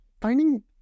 finding